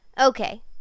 Okay